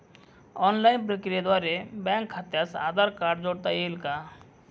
Online प्रक्रियेद्वारे bank खात्यास Aadhaar card जोडता येईल का?